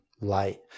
light